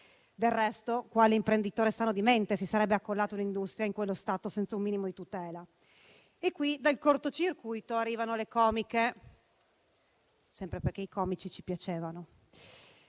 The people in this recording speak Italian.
Del resto, quale imprenditore sano di mente si sarebbe accollato l'industria in quello stato, senza un minimo di tutela? E qui dal corto circuito arrivano le comiche, sempre perché i comici ci piacevano.